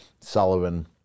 Sullivan